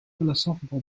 philosophical